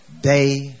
day